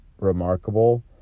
remarkable